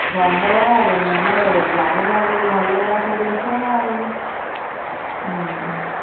ଗଣ୍ଡଗୋଳ ହେବନି ଆମେ ଜାଣିବା କେଉଁଠି ଭଲ ଜାଗା ସେହିଠି ବସିବା ନା ଆଉ